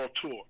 tour